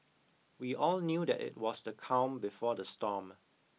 we all knew that it was the calm before the storm